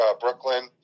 Brooklyn